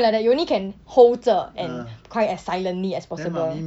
like that you only can hold 着 and cry as silently as possible